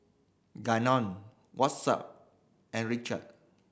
Gannon Watson and Richie